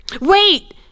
Wait